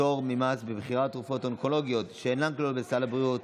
פטור ממס במכירת תרופות אונקולוגיות שאינן כלולות בסל הבריאות),